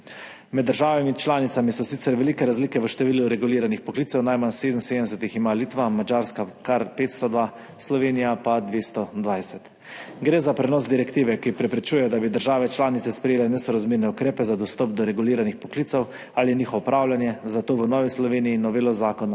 Med državami članicami so sicer velike razlike v številu reguliranih poklicev, najmanj 77 jih ima Litva, Madžarska kar 502, Slovenija pa 220. Gre za prenos direktive, ki preprečuje, da bi države članice sprejele nesorazmerne ukrepe za dostop do reguliranih poklicev ali njihovo upravljanje, zato v Novi Sloveniji novelo zakona